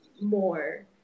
more